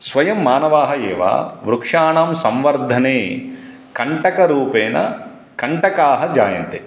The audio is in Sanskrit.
स्वयं मानवाः एव वृक्षाणां संवर्धने कण्टकरूपेण कण्टकाः जायन्ते